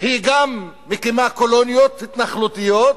גם מקימה קולוניות התנחלותיות,